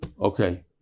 Okay